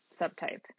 subtype